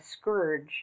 scourge